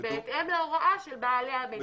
בהתאם להוראה של בעלי המידע.